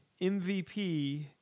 MVP